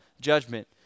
judgment